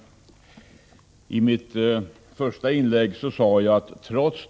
Det är vi överens om.